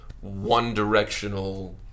one-directional